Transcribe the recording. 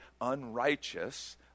unrighteous